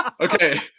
okay